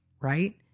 right